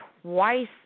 twice